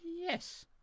yes